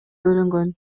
бөлүнгөн